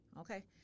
Okay